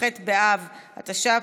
כ"ח באב התש"ף,